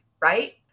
right